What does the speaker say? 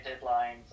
deadlines